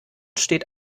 steht